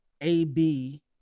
AB